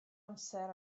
amser